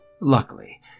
luckily